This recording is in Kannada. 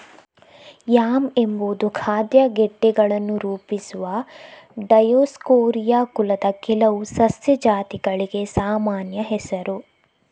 ಯಾಮ್ ಎಂಬುದು ಖಾದ್ಯ ಗೆಡ್ಡೆಗಳನ್ನು ರೂಪಿಸುವ ಡಯೋಸ್ಕೋರಿಯಾ ಕುಲದ ಕೆಲವು ಸಸ್ಯ ಜಾತಿಗಳಿಗೆ ಸಾಮಾನ್ಯ ಹೆಸರು